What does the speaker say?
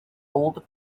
old